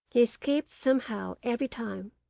he escaped somehow every time,